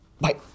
bye